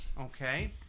okay